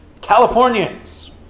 Californians